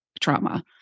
trauma